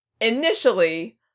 initially